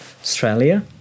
Australia